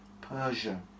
Persia